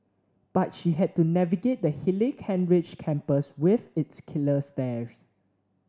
but she had to navigate the hilly Kent Ridge campus with its killer stairs